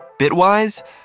Bitwise